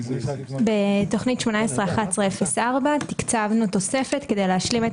בתכנית 18-11-04 תקצבנו תוספת כדי להשלים את